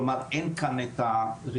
כלומר, אין כאן רציפות.